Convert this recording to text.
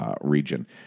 region